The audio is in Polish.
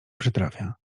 przytrafia